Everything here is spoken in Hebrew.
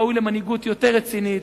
ראויים למנהיגות יותר רצינית.